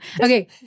Okay